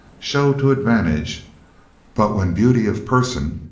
shew to advantage but when beauty of person,